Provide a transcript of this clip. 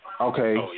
Okay